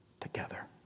together